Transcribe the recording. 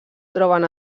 troben